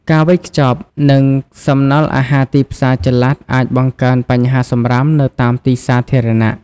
ការវេចខ្ចប់ និងសំណល់អាហារពីទីផ្សារចល័ត អាចបង្កើនបញ្ហាសំរាមនៅតាមទីសាធារណៈ។